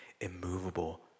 immovable